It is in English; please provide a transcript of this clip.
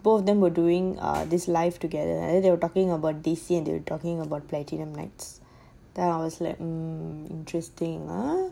both of them were doing err this live together and they were talking about this year they were talking about platinum nights then I was like mm interesting ah